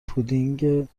پودینگ